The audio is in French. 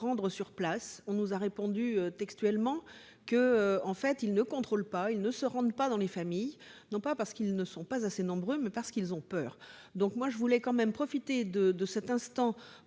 sur place. On nous a répondu textuellement qu'ils ne contrôlent pas et ne se rendent pas dans les familles non pas parce qu'ils ne sont pas assez nombreux, mais parce qu'ils ont peur. Je voulais profiter de cet instant